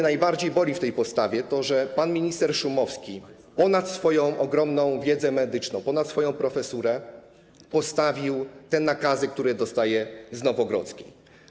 Najbardziej w tej postawie boli mnie to, że pan minister Szumowski ponad swoją ogromną wiedzę medyczną, ponad swoją profesurę postawił te nakazy, które dostaje z Nowogrodzkiej.